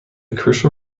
crucial